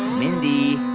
mindy